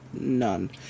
None